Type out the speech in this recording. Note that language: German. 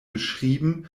beschrieben